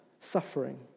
suffering